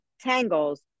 tangles